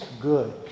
good